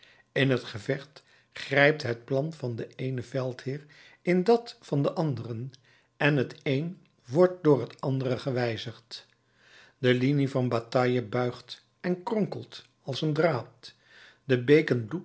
in het gevecht grijpt het plan van den eenen veldheer in dat van den anderen en het een wordt door het ander gewijzigd de linie van bataille buigt en kronkelt als een draad de beken